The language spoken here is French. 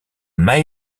mae